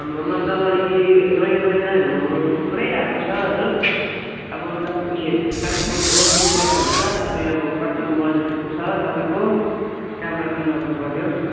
हाम्रोमा त अहिले नयाँ नयाँहरू थुप्रै आएको छ हजुर अब तपाईँले तपाईँको बजेटबाट हुन्छ तपाईँ अब कतिको बजेटको छ तपाईँको त्यहाँबाट मिलाउनु पऱ्यो